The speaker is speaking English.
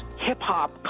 hip-hop